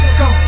go